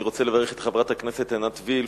אני רוצה לברך את חברת הכנסת עינת וילף,